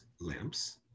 lamps